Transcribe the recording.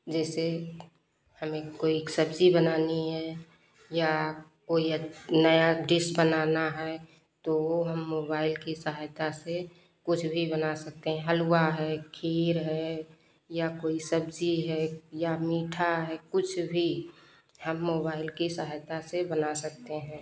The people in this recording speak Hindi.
जैसे हमें कोई सब्जी बनानी है या कोई नया डिश बनाना है तो वो हम मोबाइल की सहायता से कुछ भी बना सकते हैं हलुआ है खीर है या कोई सब्जी है या मीठा है कुछ भी हम मोबाइल की सहायता से बना सकते हैं